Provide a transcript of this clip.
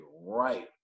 right